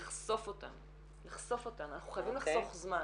אנחנו מדברים כאן על 1.200. 6,000 נשרו ולא נמצאים במסגרות.